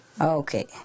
Okay